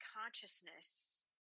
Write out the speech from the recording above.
consciousness